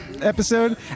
episode